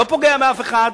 לא פוגע באף אחד,